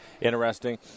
interesting